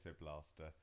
blaster